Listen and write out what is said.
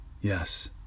Yes